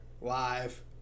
live